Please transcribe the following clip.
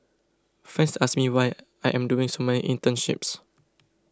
friends ask me why I am doing so many internships